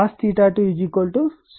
8